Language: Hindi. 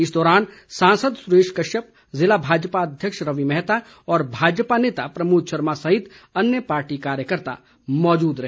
इस दौरान सांसद सुरेश कश्यप ज़िला भाजपा अध्यक्ष रवि मेहता और भाजपा नेता प्रमोद शर्मा सहित अन्य पार्टी कार्यकर्ता मौजूद रहे